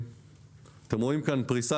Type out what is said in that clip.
אתם רואים כאן פריסה